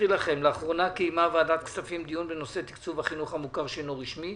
לאחרונה קיימה ועדת הכספים דיון בנושא תקצוב החינוך המוכר שאינו רשמי.